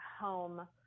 home